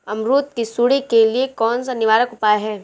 अमरूद की सुंडी के लिए कौन सा निवारक उपाय है?